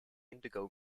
indigo